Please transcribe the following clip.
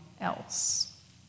else